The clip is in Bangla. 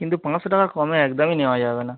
কিন্তু পাঁচশো টাকার কমে একদমই নেওয়া যাবে না